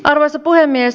arvoisa puhemies